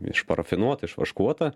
išparafinuota išvaškuota